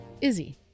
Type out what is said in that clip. Izzy